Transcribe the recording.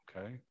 okay